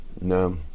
no